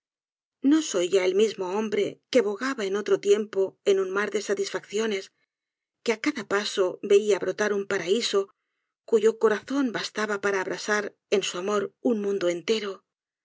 no soy ya el mismo hombre que bogaba en otro tiempo en un mar de satisfacciones que á cada paso veía brotar un paraíso cuyo corazón bastaba para abrasar en su amor un mundo entero